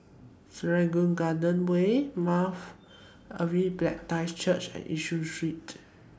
Serangoon Garden Way Mount Calvary Baptist Church and Yishun Street